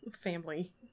family